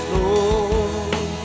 Lord